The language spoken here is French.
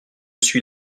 suis